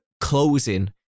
closing